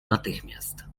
natychmiast